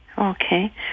Okay